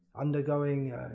undergoing